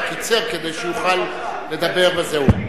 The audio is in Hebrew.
רק קיצר כדי שיוכל לדבר וזהו.